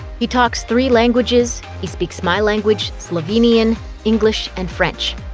he talks three languages. he speaks my language slovenian english and french.